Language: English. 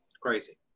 crazy